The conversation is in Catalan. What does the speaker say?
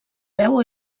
veu